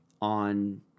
on